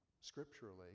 scripturally